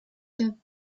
der